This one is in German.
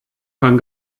kann